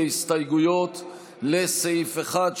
להסתייגויות לסעיף 1,